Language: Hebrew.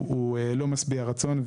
הוא לא משביע רצון,